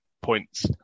points